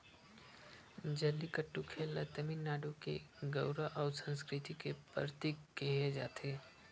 जल्लीकट्टू खेल ल तमिलनाडु के गउरव अउ संस्कृति के परतीक केहे जाथे